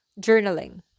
journaling